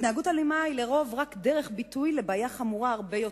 התנהגות אלימה היא לרוב רק דרך ביטוי לבעיה חמורה הרבה יותר.